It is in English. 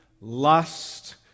lust